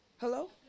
hello